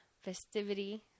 festivity